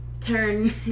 turn